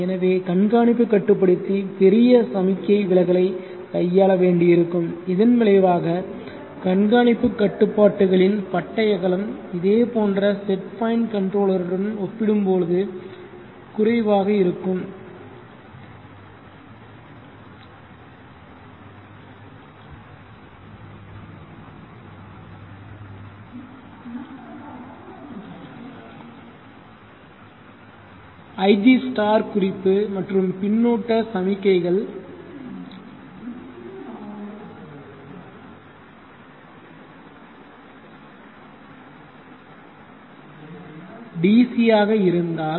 எனவே கண்காணிப்பு கட்டுப்படுத்தி பெரிய சமிக்ஞை விலகல்களைக் கையாள வேண்டியிருக்கும் இதன் விளைவாக கண்காணிப்பு கட்டுப்பாட்டுகளின் பட்டை அகலம் இதேபோன்ற செட் பாயிண்ட் கன்ட்ரோலருடன் ஒப்பிடும்போது குறைவாக இருக்கும் ig குறிப்பு மற்றும் பின்னூட்ட சமிக்ஞைகள் DC ஆக இருந்தால்